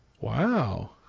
Wow